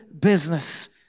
business